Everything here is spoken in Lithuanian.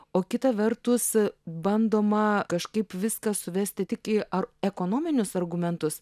o kita vertus bandoma kažkaip viską suvesti tik į ar ekonominius argumentus